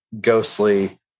ghostly